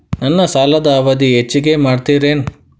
ನನ್ನ ಸಾಲದ ಅವಧಿ ಹೆಚ್ಚಿಗೆ ಮಾಡ್ತಿರೇನು?